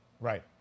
right